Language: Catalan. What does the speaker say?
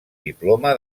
diploma